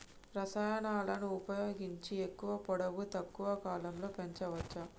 రసాయనాలను ఉపయోగించి ఎక్కువ పొడవు తక్కువ కాలంలో పెంచవచ్చా?